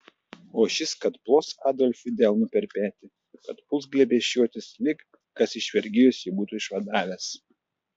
o šis kad plos adolfui delnu per petį kad puls glėbesčiuotis lyg kas iš vergijos jį būti išvadavęs